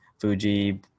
fuji